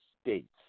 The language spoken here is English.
states